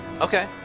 Okay